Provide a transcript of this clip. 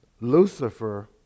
Lucifer